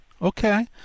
Okay